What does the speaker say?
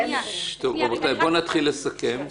ששש, רבותיי, בואו נתחיל לסכם.